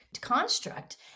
construct